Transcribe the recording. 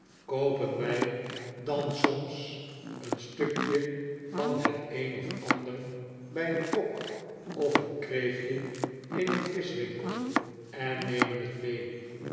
koopen wij dan soms een stukje van het een of ander bij een kok of een kreeftje in een vischwinkel en nemen het mee